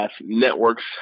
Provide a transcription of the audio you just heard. networks